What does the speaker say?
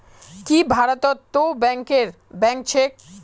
की भारतत तो बैंकरेर बैंक छेक